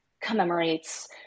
commemorates